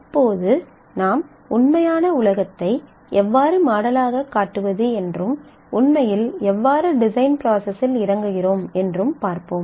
இப்போது நாம் உண்மையான உலகத்தை எவ்வாறு மாடலாகக் காட்டுவது என்றும் உண்மையில் எவ்வாறு டிசைன் ப்ராசஸ் இல் இறங்குகிறோம் என்றும் பார்ப்போம்